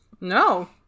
No